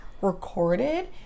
recorded